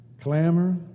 clamor